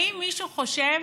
האם מישהו חושב